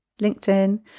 linkedin